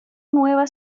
nueva